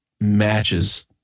matches